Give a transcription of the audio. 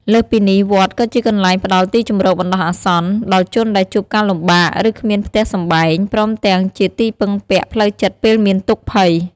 លើសពីនេះ វត្តក៏ជាកន្លែងផ្ដល់ ទីជម្រកបណ្ដោះអាសន្ន ដល់ជនដែលជួបការលំបាក ឬគ្មានផ្ទះសម្បែង ព្រមទាំងជាទីពឹងពាក់ផ្លូវចិត្តពេលមានទុក្ខភ័យ។